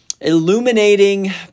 illuminating